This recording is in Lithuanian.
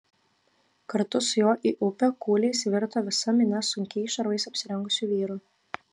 kartu su juo į upę kūliais virto visa minia sunkiais šarvais apsirengusių vyrų